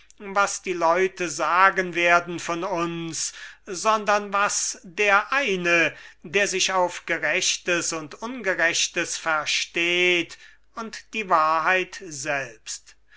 was die leute sagen werden von uns sondern was der eine der sich auf gerechtes und ungerechtes versteht und die wahrheit selbst